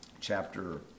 chapter